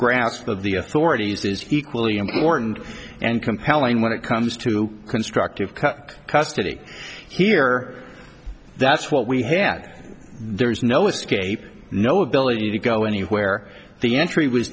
grasp of the authorities is equally important and compelling when it comes to constructive cut custody here that's what we had there was no escape no ability to go anywhere the entry was